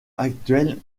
actuel